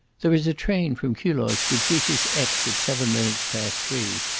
there is a train from culoz which reaches aix at seven minutes past three.